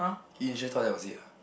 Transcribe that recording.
then you just thought that was it ah